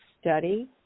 study